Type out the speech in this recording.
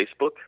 Facebook